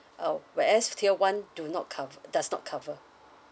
uh whereas tier one do not cov~ does not cover